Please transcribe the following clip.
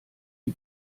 die